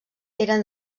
eren